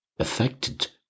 affected